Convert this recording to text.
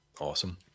Awesome